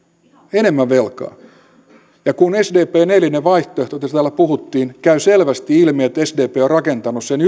enemmän velkaa ja kun sdpn eilisestä vaihtoehdosta josta täällä puhuttiin käy selvästi ilmi että sdp on rakentanut sen